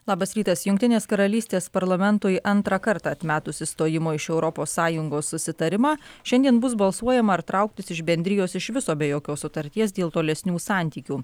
labas rytas jungtinės karalystės parlamentui antrą kartą atmetus išstojimo iš europos sąjungos susitarimą šiandien bus balsuojama ar trauktis iš bendrijos iš viso be jokios sutarties dėl tolesnių santykių